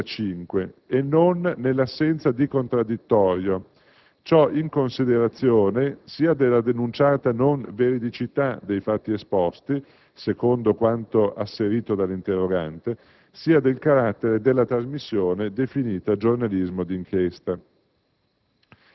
2005) e non nell'assenza di contraddittorio, ciò in considerazione sia della denunciata non veridicità dei fatti esposti -secondo quanto asserito dall'interrogante - sia del carattere della trasmissione, definita «giornalismo di inchiesta».